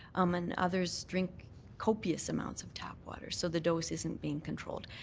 um and others drink copious amounts of tap water. so the dose isn't being controlled.